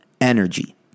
Energy